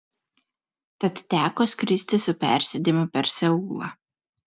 tad teko skristi su persėdimu per seulą